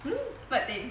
hmm what thing